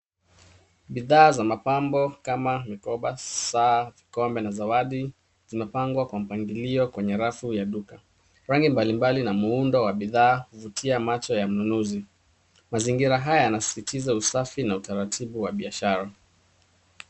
Bidhaa za mapambo kama mikoba, saa, vikombe na zawadi zimepangwa kwa mpangilio kwenye rafu ya duka. Rangi mbalimbali na muundo wa bidhaa huvutia macho ya mnunuzi. Mazingira haya yanasisitiza usafi na utaratibu wa biashara.